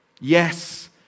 Yes